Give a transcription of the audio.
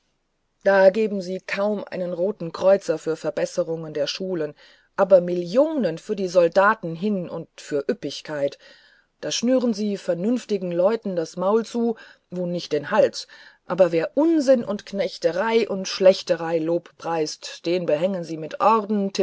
da geben sie kaum einen roten kreuzer für verbesserung der schulen aber millionen für die soldaten hin und für üppigkeit da schnüren sie vernünftigen leuten das maul zu wo nicht den hals aber wer unsinn und knechterei und schlächterei lobpreist den behängen sie mit orden